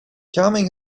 coming